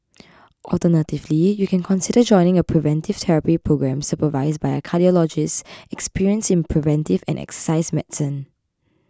alternatively you can consider joining a preventive therapy programme supervised by a cardiologist experienced in preventive and exercise medicine